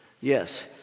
Yes